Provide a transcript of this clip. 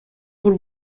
пур